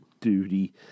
Duty